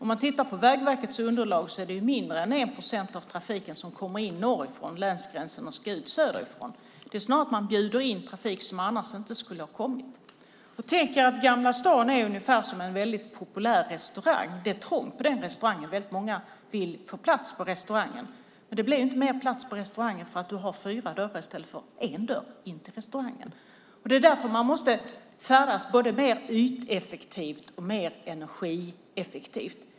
Enligt Vägverkets underlag är det mindre än 1 procent av trafiken som kommer in norrifrån länsgränsen och ska ut söderifrån. Det är snarare så att man bjuder in trafik som annars inte skulle ha kommit in. Tänk er att Gamla stan är ungefär som en populär restaurang. Det är trångt på restaurangen och många vill få plats på den. Men det blir ju inte fler platser på restaurangen för att du har fyra dörrar i stället för en dörr in till restaurangen. Det är därför man måste färdas både mer yteffektivt och mer energieffektivt.